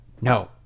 No